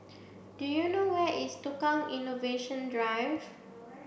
do you know where is Tukang Innovation Drive